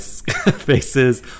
faces